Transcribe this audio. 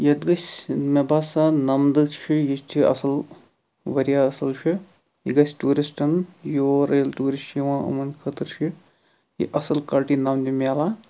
یتھ گَژھِ مےٚ باسان نَمدٕ چھُ یہِ چھُ اَصٕل واریاہ اَصٕل چھُ یہِ گَژھِ ٹیٛوٗرِسٹَن یور ییٚلہِ ٹیٛوٗرسٹ چھِ یِوان یِمن خٲطرٕ چھُ یہِ یہِ اَصٕل کالٹی نَمدٕ میلان